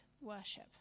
worship